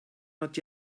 not